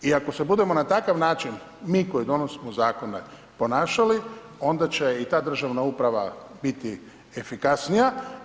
I ako se budemo na takav način, mi koji donosimo zakone ponašali, onda će i ta državna uprava, biti efikasnija.